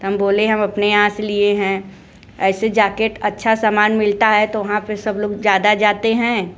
तो हम बोले हम अपने यहाँ से लिए हैं ऐसे जाकेट अच्छा समान मिलता है तो वहाँ पे सब लोग ज़्यादा जाते हैं